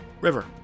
River